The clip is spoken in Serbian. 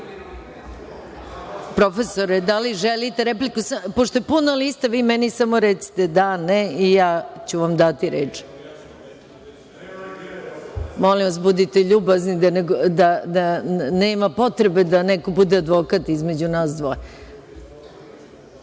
stranke. Profesore, da li želite repliku? Pošto je puna lista, vi meni samo recite da ili ne, i ja ću vam dati reč. Molim vas budite ljubazni, nema potrebe da neko bude advokat između nas